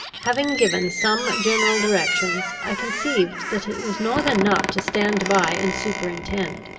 having given some general directions, i conceived, that it was not enough to stand by and superintend,